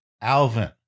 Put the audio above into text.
Alvin